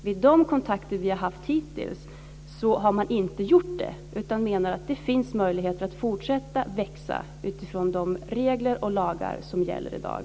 Vid de kontakter vi har haft hittills har man inte gjort det. Man menar att det finns möjligheter att fortsätta att växa utifrån de regler och lagar som gäller i dag.